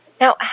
Now